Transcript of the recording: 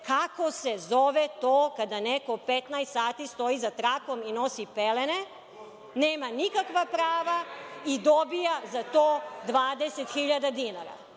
kako se zove to kada neko 15 sati stoji za trakom i nosi pelene, nema nikakva prava i dobije za to 20.000 dinara?